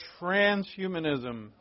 Transhumanism